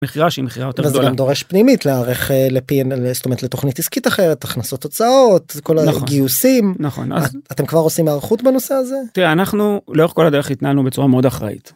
מכירה שהיא מכירה יותר גדולה וזה גם דורש פנימית להערך לפי אנ...זאת אומרת לתוכנית עסקית אחרת הכנסות הוצאות נכון זה כל הגיוסים נכון אתם כבר עושים הערכות בנושא הזה תראה אנחנו לאורך כל הדרך התנהלנו בצורה מאוד אחראית.